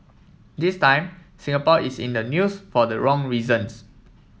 this time Singapore is in the news for the wrong reasons